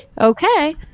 okay